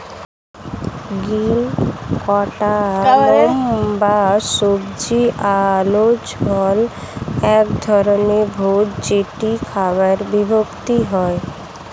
green cardamom বা সবুজ এলাচ হল এক ধরনের ভেষজ যেটি খাবারে ব্যবহৃত হয়